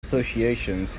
associations